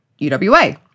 uwa